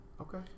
Okay